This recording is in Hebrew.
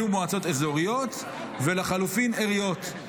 יהיו מועצות אזוריות, ולחלופין עיריות.